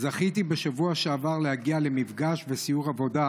זכיתי בשבוע שעבר להגיע למפגש וסיור עבודה